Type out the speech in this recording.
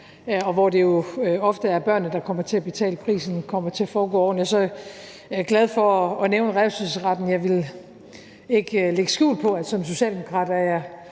og hvor det jo ofte er børnene, der kommer til at betale prisen, kommer til at være ordentlige. Jeg er glad for, at revselsesretten nævnes, og jeg vil ikke lægge skjul på, at som socialdemokrat er